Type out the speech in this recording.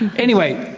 and anyway,